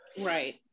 Right